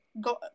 go